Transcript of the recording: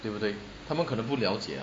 对不对他们可能不了解 ah